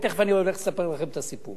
ותיכף אני הולך לספר לכם את הסיפור.